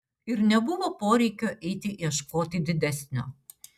ir nebuvo poreikio eiti ieškoti didesnio